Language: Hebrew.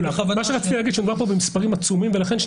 רציתי לומר שמדובר כאן במספרים עצומים ולכן ,